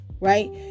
right